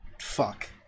Fuck